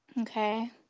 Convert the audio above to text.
Okay